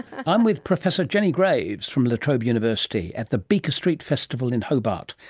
i'm with professor jenny graves from la trobe university at the beaker street festival in hobart,